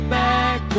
back